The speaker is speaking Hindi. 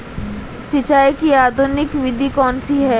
सिंचाई की आधुनिक विधि कौनसी हैं?